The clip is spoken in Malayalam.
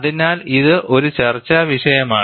അതിനാൽ ഇത് ഒരു ചർച്ചാവിഷയമാണ്